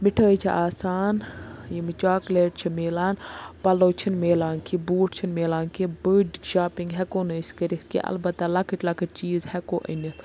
مِٹھٲے چھےٚ آسان یِمہٕ چاکلیٹ چھِ مِلان پَلَو چھِنہٕ مِلان کیٚنہہ بوٗٹھ چھِنہٕ مِلان کیٚنہہ بٔڑۍ شاپِنٛگ ہٮ۪کو نہٕ أسۍ کٔرِتھ کیٚنہہ البتہ لۄکٕٹۍ لۄکٕٹۍ چیٖز ہٮ۪کو أنِتھ